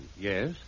Yes